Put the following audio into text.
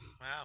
Wow